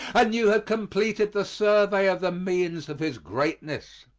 and you have completed the survey of the means of his greatness.